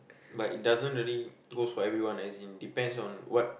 like it doesn't really goes for everyone as in depends on what